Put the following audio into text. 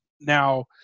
Now